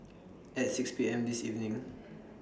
At six P M This evening